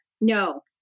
No